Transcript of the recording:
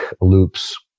loops